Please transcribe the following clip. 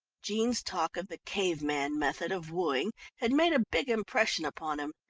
jean's talk of the cave-man method of wooing had made a big impression upon him,